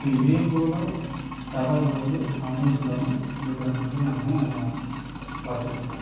so இதேபோல் சவால்கள் வந்து ஆம்புலன்ஸ் இல்லாமல் எங்கள் கிராமத்தில் நாங்கள் பார்த்துட்ருக்கோம்